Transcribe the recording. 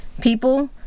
people